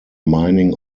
mining